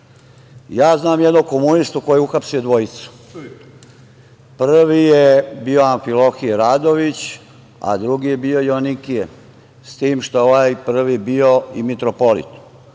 Ja znam jednog komunistu koji je uhapsio dvojicu. Prvi je bio Amfilohije Radović, a drugi je bio Joanikije, s tim što je ovaj prvi je bio i mitropolit. Ja